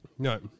No